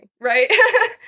Right